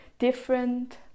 different